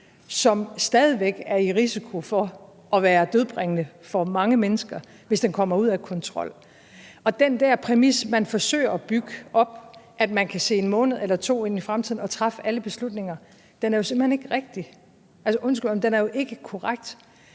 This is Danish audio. som stadig væk er i risiko for at være dødbringende for mange mennesker, hvis den kommer ud af kontrol. Den der præmis, man forsøger at bygge op, om, at man kan se 1 måned eller 2 ind i fremtiden og træffe alle beslutninger, er jo simpelt hen ikke rigtig. Altså, undskyld, den er jo ikke korrekt.